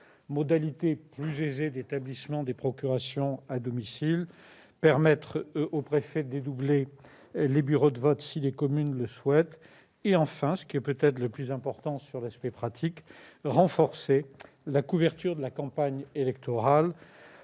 modalités plus aisées d'établissement des procurations à domicile, possibilité accordée aux préfets de dédoubler les bureaux de vote si les communes le souhaitent, enfin, ce qui est peut-être le plus important d'un point de vue pratique, renforcement de la couverture de la campagne électorale